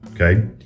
okay